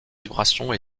vibrations